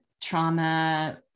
trauma